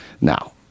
Now